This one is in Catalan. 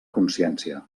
consciència